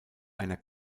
einer